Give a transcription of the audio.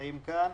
נמצאים כאן.